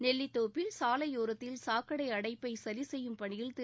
நெல்லித்தோப்பில் சாலையோரத்தில் சாக்கடை அடைப்பை சரி செய்யும் பணியில் திரு